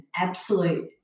absolute